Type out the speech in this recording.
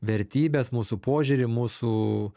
vertybes mūsų požiūrį mūsų